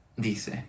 dice